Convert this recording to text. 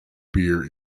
beer